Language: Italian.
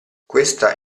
questa